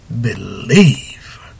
believe